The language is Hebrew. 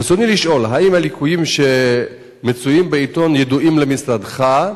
רצוני לשאול: 1. האם הליקויים שמצוינים בעיתון ידועים למשרדך?